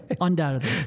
undoubtedly